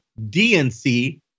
DNC